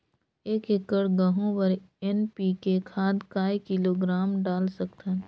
एक एकड़ गहूं बर एन.पी.के खाद काय किलोग्राम डाल सकथन?